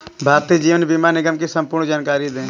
भारतीय जीवन बीमा निगम की संपूर्ण जानकारी दें?